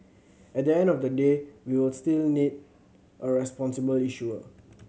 at the end of the day we'll still need a responsible issuer